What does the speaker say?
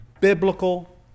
biblical